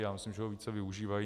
Já myslím, že ho více využívají.